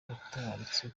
yaratabarutse